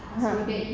(uh huh)